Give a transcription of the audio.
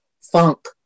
funk